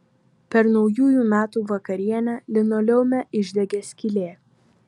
per naujųjų metų vakarienę linoleume išdegė skylė